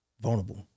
vulnerable